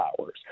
hours